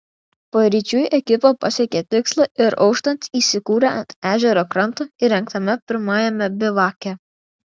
paryčiui ekipa pasiekė tikslą ir auštant įsikūrė ant ežero kranto įrengtame pirmajame bivake